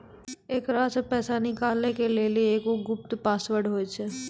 एकरा से पैसा निकालै के लेली एगो गुप्त पासवर्ड होय छै